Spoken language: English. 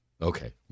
Okay